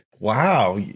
Wow